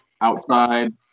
outside